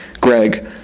Greg